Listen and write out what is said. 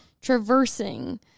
traversing